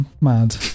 mad